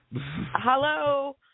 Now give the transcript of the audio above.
Hello